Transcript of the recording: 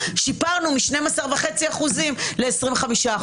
שיפרנו מ-12.5% ל-25%.